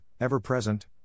ever-present